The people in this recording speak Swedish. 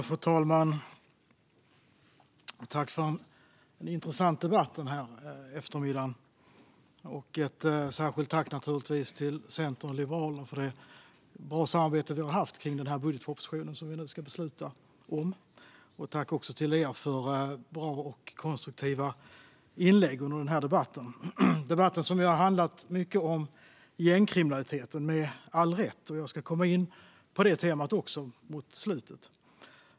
Fru talman! Jag tackar för en intressant debatt denna eftermiddag. Särskilt tackar jag Centern och Liberalerna för det goda samarbete vi haft kring budgetpropositionen som vi nu ska besluta om. Jag tackar också er som deltar i debatten för bra och konstruktiva inlägg. Debatten har handlat mycket om gängkriminaliteten, med all rätt. Jag ska också komma in på det temat mot slutet.